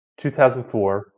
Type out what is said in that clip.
2004